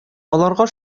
аларга